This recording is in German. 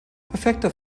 perfekter